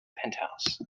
penthouse